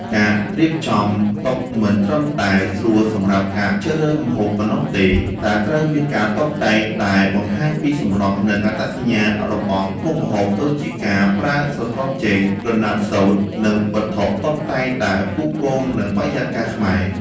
ការរៀបចំតុមិនត្រឹមតែស្រួលសម្រាប់ការជ្រើសរើសម្ហូបប៉ុណ្ណោះទេ តែត្រូវមានការតុបតែងដែល បង្ហាញពីសម្រស់ និងអត្តសញ្ញាណរបស់មុខម្ហូប ដូចជាការប្រើស្រទាប់ចេក ក្រណាត់សូត្រ និងវត្ថុតុបតែងដែលផ្គូផ្គងនឹងបរិយាកាសខ្មែរ។